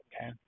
Okay